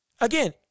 Again